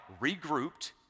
regrouped